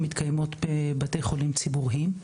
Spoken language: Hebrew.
מתקיימות בבתי חולים ציבוריים,